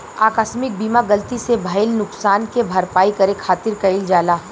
आकस्मिक बीमा गलती से भईल नुकशान के भरपाई करे खातिर कईल जाला